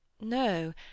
No